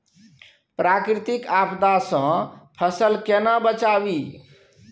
प्राकृतिक आपदा सं फसल केना बचावी?